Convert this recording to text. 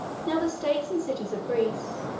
now the states and cities of greece,